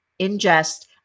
ingest